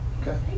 Okay